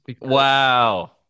Wow